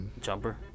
Jumper